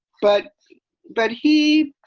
but but he